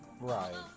Right